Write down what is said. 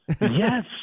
Yes